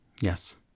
Yes